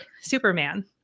Superman